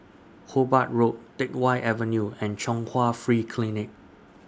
Hobart Road Teck Whye Avenue and Chung Hwa Free Clinic